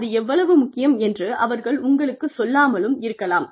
அது எவ்வளவு முக்கியம் என்று அவர்கள் உங்களுக்குச் சொல்லாமலும் இருக்கலாம்